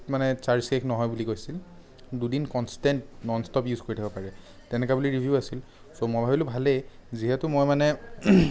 মানে চাৰ্জ শেষ নহয় বুলি কৈছিল দুদিন কনষ্টেণ্ট ননষ্টপ ইউজ কৰি থাকিব পাৰে তেনেকৈ বুলি ৰিভিউ আছিল চ' মই ভাবিলোঁ ভালেই যিহেতু মই মানে